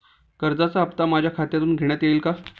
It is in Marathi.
कर्जाचा हप्ता माझ्या खात्यातून घेण्यात येईल का?